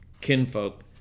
kinfolk